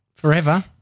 Forever